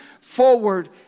forward